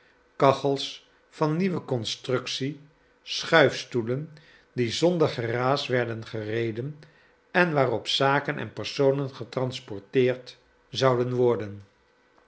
kachels van nieuwe constructie schuifstoelen die zonder geraas werden gereden en waarop zaken en personen getransporteerd zouden worden